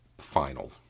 final